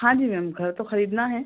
हाँ जी मैम घर तो खरीदना है